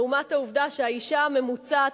לעומת העובדה שהאשה הצעירה הממוצעת,